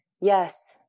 Yes